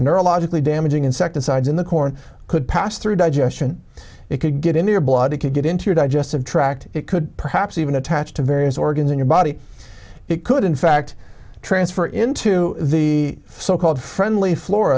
neurologically damaging insecticides in the corn could pass through digestion it could get in your blood it could get into your digestive tract it could perhaps even attach to various organs in your body it could in fact transfer into the so called friendly flo